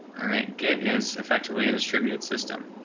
all right, get is effectively a distributed system.